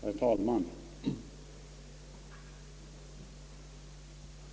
Herr talman!